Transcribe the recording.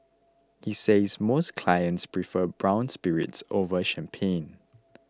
he says most clients prefer brown spirits over champagne